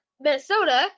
Minnesota